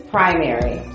Primary